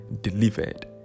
delivered